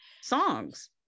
songs